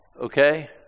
okay